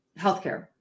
Healthcare